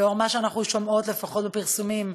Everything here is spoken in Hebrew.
לאור מה שאנחנו שומעות לפחות בפרסומים,